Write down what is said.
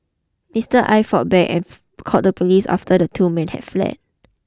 Mister Aye fought back called the police after the two men had fled